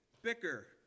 Bicker